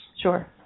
Sure